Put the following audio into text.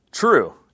True